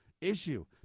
issue